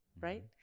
Right